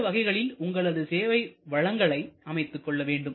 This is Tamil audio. இந்த வகைகளில் உங்களது சேவை வழங்களை அமைத்துக்கொள்ள வேண்டும்